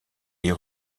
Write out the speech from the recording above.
les